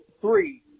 three